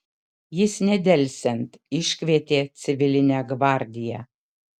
jis nedelsiant iškvietė civilinę gvardiją